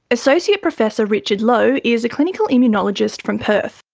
associate professor richard loh is a clinical immunologist from perth.